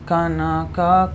Kanaka